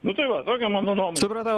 nu tai va tokia mano nuomonė